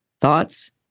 thoughts